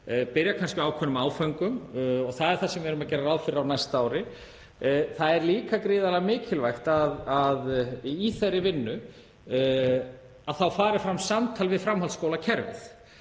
byrja kannski á ákveðnum áföngum. Það er það sem við gerum ráð fyrir á næsta ári. Það er líka gríðarlega mikilvægt í þeirri vinnu að það fari fram samtal við framhaldsskólakerfið.